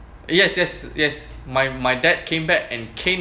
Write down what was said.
yes yes yes my my dad came back and came